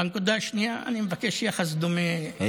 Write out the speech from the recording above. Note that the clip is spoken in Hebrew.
אני מבקש יחס דומה לקבוצת הרוב.